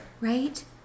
Right